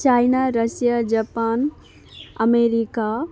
China Russia Japan America